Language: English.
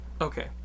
Okay